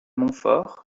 montfort